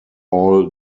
all